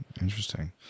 Interesting